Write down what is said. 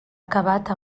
acabat